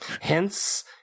Hence